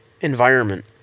environment